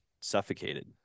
suffocated